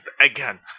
again